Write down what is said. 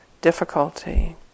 difficulty